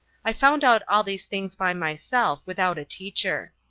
i found out all these things by myself, without a teacher.